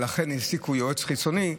ולכן העסיקו יועץ חיצוני,